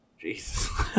Jesus